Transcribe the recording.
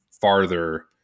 farther